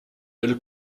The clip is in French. elle